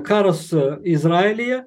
karas izraelyje